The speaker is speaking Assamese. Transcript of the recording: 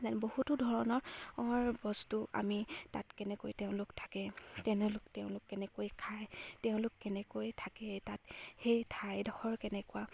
বহুতো ধৰণৰ বস্তু আমি তাত কেনেকৈ তেওঁলোক থাকে তেওঁলোক তেওঁলোক কেনেকৈ খায় তেওঁলোক কেনেকৈ থাকে তাত সেই ঠাইডোখৰ কেনেকুৱা